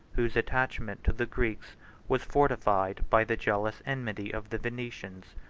whose attachment to the greeks was fortified by the jealous enmity of the venetians.